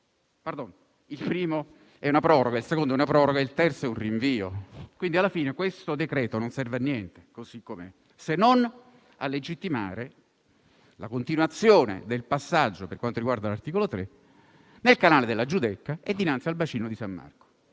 articolo è una proroga, il secondo è una proroga e il terzo è un rinvio. Quindi, alla fine, questo decreto non serve a niente, così com'è, se non a legittimare la continuazione del passaggio, per quanto riguarda l'articolo 3, nel canale della Giudecca e dinanzi al bacino di San Marco.